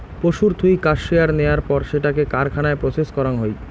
পশুর থুই কাশ্মেয়ার নেয়ার পর সেটোকে কারখানায় প্রসেস করাং হই